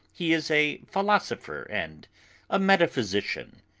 he is a philosopher and a metaphysician,